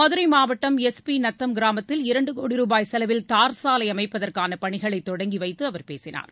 மதுரை மாவட்டம் S P Natham கிராமத்தில் இரண்டு கோடி ரூபாய் செலவில் தார்சாலை அமைப்பதற்கான பணிகளை தொடங்கி வைத்து அவர் பேசினார்